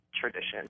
tradition